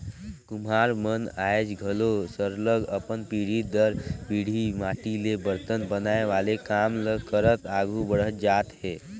कुम्हार मन आएज घलो सरलग अपन पीढ़ी दर पीढ़ी माटी ले बरतन बनाए वाले काम ल करत आघु बढ़त जात हें